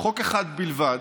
חוק אחד בלבד,